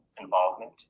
involvement